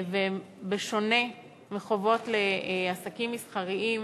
בשונה מחובות לעסקים מסחריים,